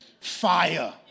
Fire